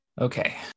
Okay